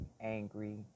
angry